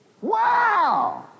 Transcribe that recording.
wow